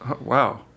Wow